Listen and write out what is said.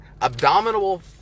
abdominal